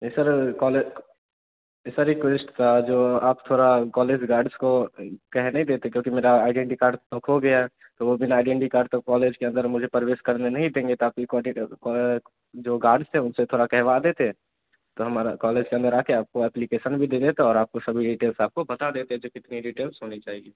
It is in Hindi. नहीं सर कॉले सर रिक्वेस्ट था जो आप थोड़ा कॉलेज गार्ड्स को कह नहीं देते क्योंकि मेरा आइडेंटि वह कार्ड खो गया तो वह बिना आइडेंटि कार्ड का कॉलेज के अंदर मुझे प्रवेश करने नहीं देंगे तो आपकी कॉन्टैक्ट है कॉ जो गार्ड्स थे उन से थोड़ा कहवा देते तो हमारे कॉलेज के अंदर आ कर आपको एप्लिकेशन भी दे देता और आपको सभी डिटेल्स आपको बता देते जो कितनी डिटेल्स होनी चाहिए